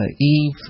Eve